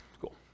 cool